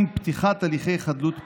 עם פתיחת הליכי חדלות פירעון,